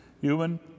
human